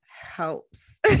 helps